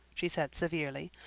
she said severely.